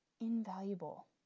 invaluable